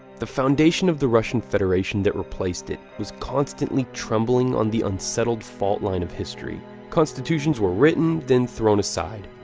the foundation of the russian federation that replaced it was constantly trembling on the unsettled fault line of history. constitutions were written, then thrown aside.